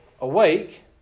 Awake